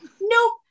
Nope